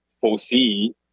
foresee